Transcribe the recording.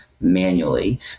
manually